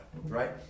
right